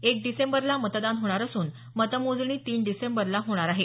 एक डिसेंबरला मतदान होणार असून मतमोजणी तीन डिसेंबरला होणार आहे